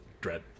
Dread